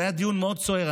זה היה דיון מאוד סוער,